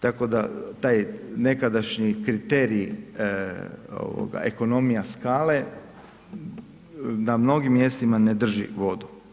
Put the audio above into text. Tako da taj nekadašnji kriterij ekonomija skale na mnogim mjestima ne drži vodu.